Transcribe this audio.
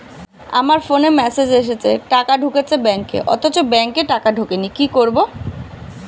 আমার ফোনে মেসেজ এসেছে টাকা ঢুকেছে ব্যাঙ্কে অথচ ব্যাংকে টাকা ঢোকেনি কি করবো?